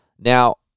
Now